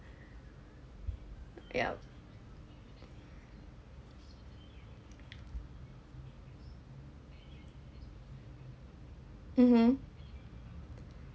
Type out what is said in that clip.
ya mmhmm